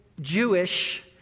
Jewish